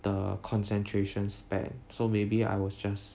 the concentration span so maybe I was just